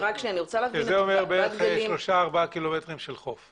אומר שלושה-ארבעה קילומטרים של חוף.